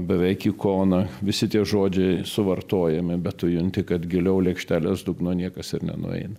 beveik ikona visi tie žodžiai suvartojami bet tu junti kad giliau lėkštelės dugno niekas ir nenueina